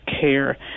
care